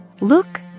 Look